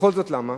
וכל זאת למה?